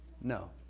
no